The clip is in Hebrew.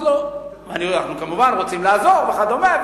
אנחנו כמובן רוצים לעזור וכדומה.